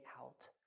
out